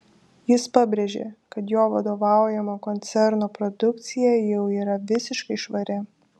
jis pabrėžė kad jo vadovaujamo koncerno produkcija jau yra visiškai švari